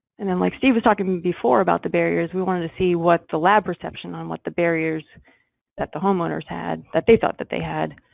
and then like steve, was talking before about the barriers, we wanted to see what the lab reception on what the barriers that the homeowners had, that they thought that they had.